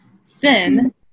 sin